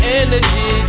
energy